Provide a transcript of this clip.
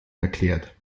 erklärt